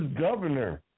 Governor